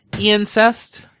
Incest